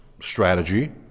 strategy